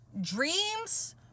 Dreams